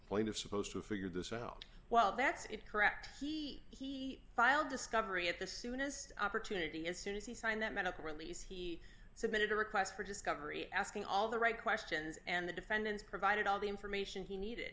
of supposed to figure this out well that's it correct he he filed discovery at the soonest opportunity as soon as he signed that medical release he submitted a request for discovery asking all the right questions and the defendants provided all the information he needed